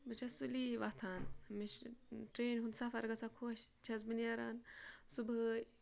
بہٕ چھَس سُلی وَتھان مےٚ چھُ ٹرٛینہِ ہُنٛد سفر گژھان خۄش چھَس بہٕ نیران صُبحٲے